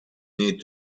need